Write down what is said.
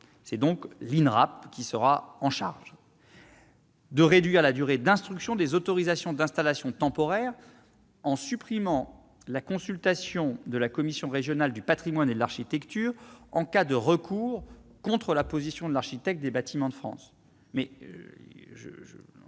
des travaux. Elles permettront de réduire la durée d'instruction des autorisations d'installation temporaire, en supprimant la consultation de la commission régionale du patrimoine et de l'architecture, la CRPA, en cas de recours contre la position de l'architecte des bâtiments de France.